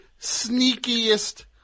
sneakiest